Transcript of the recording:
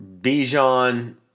Bijan